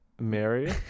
Mary